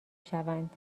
شوند